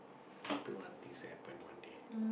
I'll pray one things to happen one day